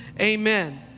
amen